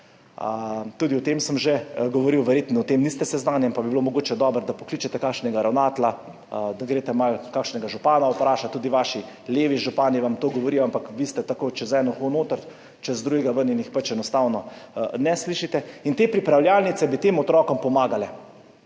Tudi o tem sem že govoril, verjetno s tem niste seznanjeni, pa bi bilo mogoče dobro, da pokličete kakšnega ravnatelja, da greste vprašat malo kakšnega župana, tudi vaši levi župani vam to govorijo, ampak vi ste tako, čez eno uho noter, čez drugo ven in jih pač enostavno ne slišite. Te pripravljalnice bi tem otrokom pomagale.